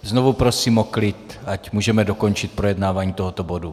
Znovu prosím o klid, ať můžeme dokončit projednávání tohoto bodu.